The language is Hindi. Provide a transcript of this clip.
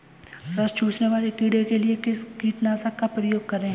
रस चूसने वाले कीड़े के लिए किस कीटनाशक का प्रयोग करें?